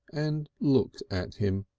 and looked at him.